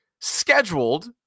scheduled